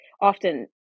often